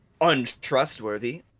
untrustworthy